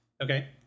Okay